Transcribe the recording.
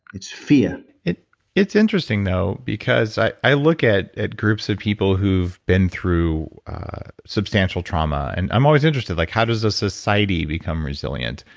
it's fear it's interesting, though, because i i look at at groups of people who've been through substantial trauma and i'm always interested. like how does a society become resilient?